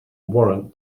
warrant